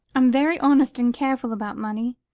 i'm very honest and careful about money.